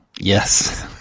Yes